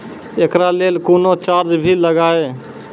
एकरा लेल कुनो चार्ज भी लागैये?